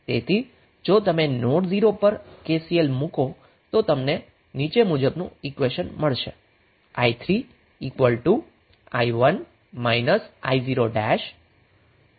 તેથી જો તમે નોડ 0 પર KCL મુકો તો તમને i3 i1 i0 4 i0 મળે છે